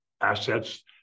assets